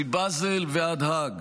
מבזל ועד האג